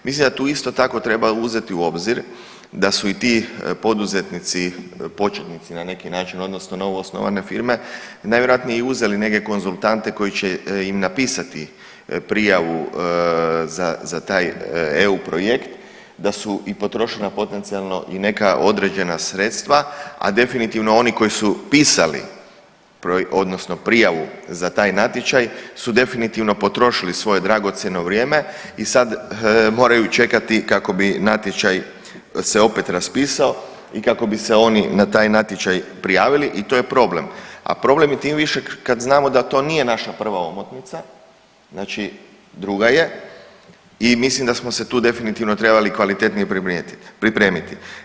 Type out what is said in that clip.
Mislim da tu isto tako treba uzeti u obzir da su i ti poduzetnici, početnici na neki način odnosno novoosnovane firme najvjerojatnije i uzeli negdje konzultante koji će im napisati prijavu za, za taj eu projekt, da su i potrošena potencijalno i neka određena sredstva, a definitivno oni koji su pisali odnosno prijavu za taj natječaj su definitivno potrošili svoje dragocjeno vrijeme i sad moraju čekati kako bi natječaj se opet raspisao i kako bi se oni na taj natječaj prijavili i to je problem, a problem je tim više kad znamo da to nije naša prva omotnica, znači druga je i mislim da smo se tu definitivno trebali kvalitetnije pripremiti.